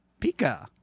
Pika